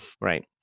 right